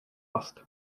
asked